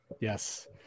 Yes